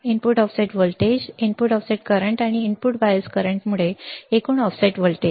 input offset voltage input offset current आणि input bias करंटमुळे एकूण ऑफसेट व्होल्टेज